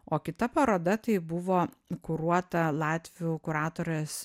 o kita paroda tai buvo kuruota latvių kuratorės